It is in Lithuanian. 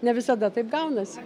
ne visada taip gaunasi